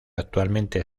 actualmente